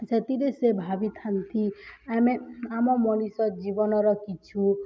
ସେଥିରେ ସେ ଭାବିଥାନ୍ତି ଆମେ ଆମ ମଣିଷର ଜୀବନର କିଛି